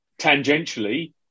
tangentially